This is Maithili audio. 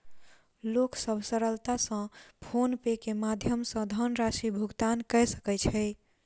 लोक सभ सरलता सॅ फ़ोन पे के माध्यम सॅ धनराशि भुगतान कय सकै छै